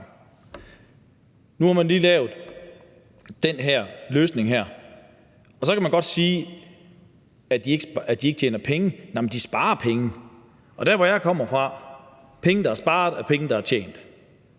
Nu har man lige lavet den her løsning, og så kan man godt sige, at de ikke tjener penge. Nej, men de sparer penge. Der, hvor jeg kommer fra, er penge, der er sparet, penge, der er tjent.